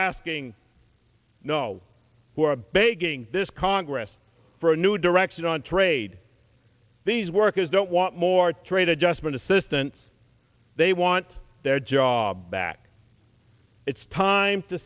asking no who are begging this congress for a new direction on trade these workers don't want more trade adjustment assistance they want their jobs back it's time to